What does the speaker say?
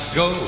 go